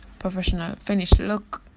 professional finished look